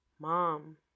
mom